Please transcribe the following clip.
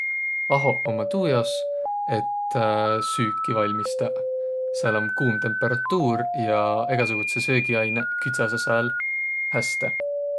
Ahoq ummaq tuu jaos, et süüki valmistaq. Sääl om kuum temperatuur ja egäsugutsõq söögiainõq küdsäseq sääl häste.